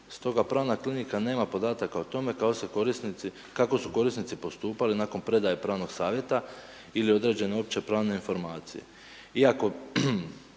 Stoga pravna klinika nema podataka o tome kako su korisnici postupali nakon predaje pravnog savjeta ili određene opće pravne informacije